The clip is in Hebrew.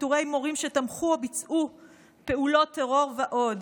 פיטורי מורים שתמכו או ביצעו פעולות טרור ועוד.